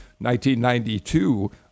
1992